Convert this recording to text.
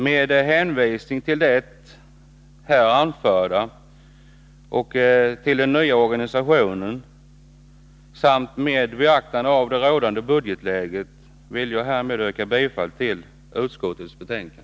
Med hänvisning till det anförda om den nya organisationen 169 samt med beaktande av det rådande budgetläget yrkar jag bifall till utskottets hemställan.